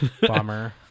Bummer